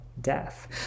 death